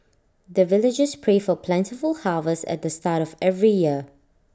the villagers pray for plentiful harvest at the start of every year